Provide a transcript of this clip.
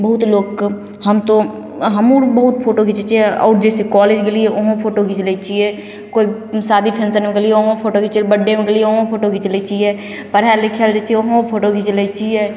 बहुत लोकके हम तो हमहुँ बहुत फोटो घिचै छियै आओर जैसे कॉलेज गेलियै उहोँ फोटो घिच लै छियै कोइ शादी फंक्शनमे गेलियै उहोँ फोटो घिचेलियै बड्डेमे गेलियै उहोँ फोटो घिच लै छियै पढ़य लिखय लए जाइ छियै उहोँ फोटो घिच लै छियै